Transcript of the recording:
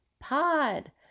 pod